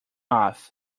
off